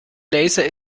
laser